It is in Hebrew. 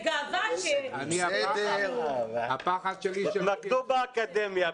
ההיפך, זה גאווה שיש לנו --- תתמקדו באקדמיה.